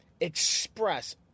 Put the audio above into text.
express